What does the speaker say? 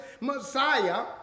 Messiah